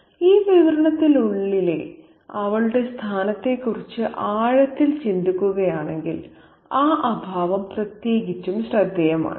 ഈ വിവരണത്തിനുള്ളിലെ അവളുടെ സ്ഥാനത്തെക്കുറിച്ച് ആഴത്തിൽ ചിന്തിക്കുകയാണെങ്കിൽ ആ അഭാവം പ്രത്യേകിച്ചും ശ്രദ്ധേയമാണ്